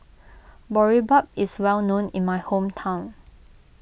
Boribap is well known in my hometown